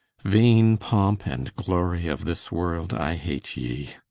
vaine pompe, and glory of this world, i hate ye,